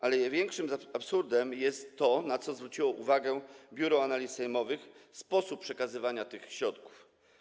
Ale największym absurdem jest to, na co zwróciło uwagę Biuro Analiz Sejmowych - sposób przekazywania tych środków.